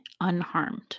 unharmed